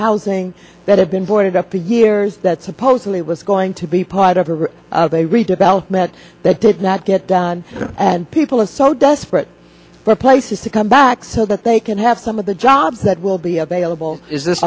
housing that have been boarded up for years that supposedly was going to be part of of a redevelopment that did not get done and people are so desperate for places to come back so that they can have some of the jobs that will be available is this